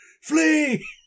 Flee